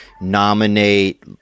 nominate